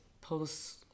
post